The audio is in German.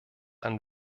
ein